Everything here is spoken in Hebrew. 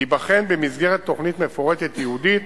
תיבחן במסגרת תוכנית מפורטת ייעודית